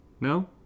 No